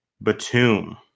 Batum